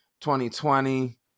2020